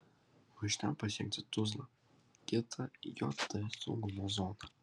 o iš ten pasiekti tuzlą kitą jt saugumo zoną